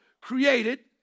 created